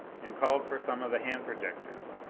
and called for some of the hand projectors.